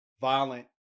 violent